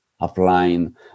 applying